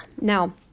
Now